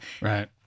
Right